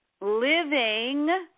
living